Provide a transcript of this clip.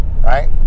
right